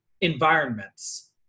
environments